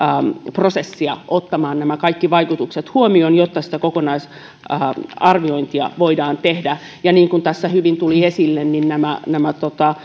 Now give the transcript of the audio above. prosessia ottamaan nämä kaikki vaikutukset huomioon jotta sitä kokonaisarviointia voidaan tehdä niin kuin tässä hyvin tuli esille nämä nämä